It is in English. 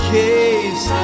case